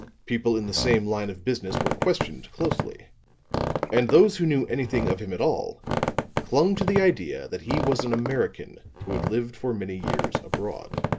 people in the same line of business were questioned closely and those who knew anything of him at all clung to the idea that he was an american who had lived for many years abroad.